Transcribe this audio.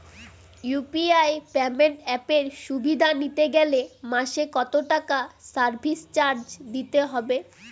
UPI payment অ্যাপের সুবিধা নিতে গেলে মাসে কত টাকা সার্ভিস চার্জ দিতে হবে?